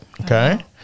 okay